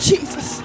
Jesus